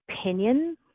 opinion